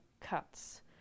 cuts